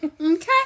Okay